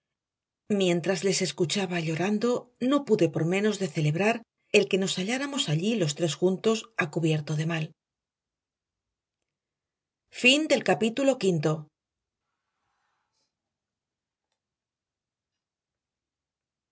mientras les escuchaba llorando no pude por menos de celebrar el que nos halláramos allí los tres juntos a cubierto de mal capítulo